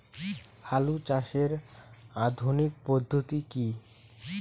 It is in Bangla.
আলু চাষের আধুনিক পদ্ধতি কি?